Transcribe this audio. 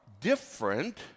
different